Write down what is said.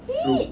!ee!